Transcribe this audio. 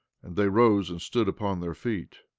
and they rose and stood upon their feet.